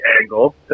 angle